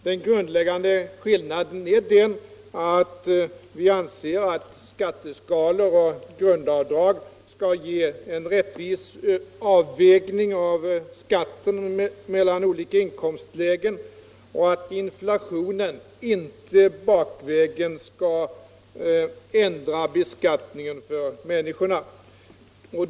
Den grundläggande skillnaden är att vi anser att skatteskalor och grundavdrag skall ge en rättvis avvägning av skatten mellan olika inkomstlägen, och att inflationen inte bakvägen skall ändra beskattningen för människorna.